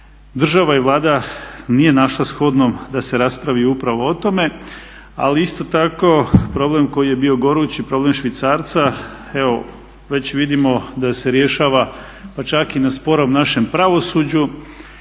Država i Vlada nije našla shodnom da se raspravi upravo o tome ali isto tako problem koji je bio gorući, problem švicarca evo već vidimo da se rješava pa čak i na sporom našem pravosuđu,